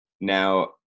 Now